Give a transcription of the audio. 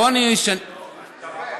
פה אני, אז דבר.